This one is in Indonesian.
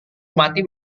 mati